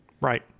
Right